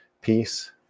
Peace